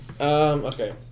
Okay